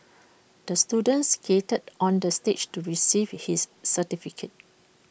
the student skated onto the stage to receive his certificate